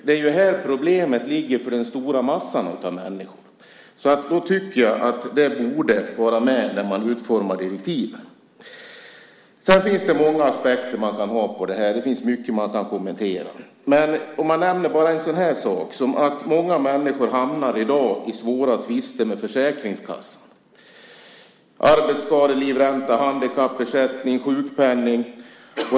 Det är här problemet ligger för den stora massan av människor. Det borde vara med när man utformar direktiv. Man kan se detta ur många aspekter. Det finns mycket man kan kommentera. Jag kan nämna en sådan sak som att många människor i dag hamnar i svåra tvister med Försäkringskassan. Det gäller arbetsskadelivränta, handikappersättning och sjukpenningen.